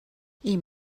این